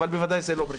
אבל שזאת לא פרישה.